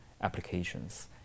applications